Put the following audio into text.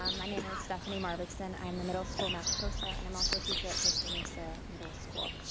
um my name is stephanie marvicsin. i am the middle school math tosa, and i'm also a teacher at costa mesa middle school.